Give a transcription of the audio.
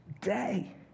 day